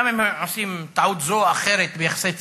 גם אם הם עושים טעות זו או אחרת ביחסי ציבור,